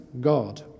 God